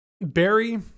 Barry